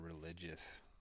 religious